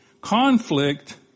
conflict